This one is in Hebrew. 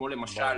כמו למשל